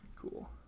cool